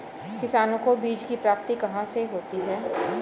किसानों को बीज की प्राप्ति कहाँ से होती है?